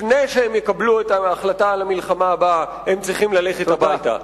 לפני שהם יקבלו את ההחלטה על המלחמה הבאה הם צריכים ללכת הביתה.